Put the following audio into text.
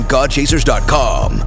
Godchasers.com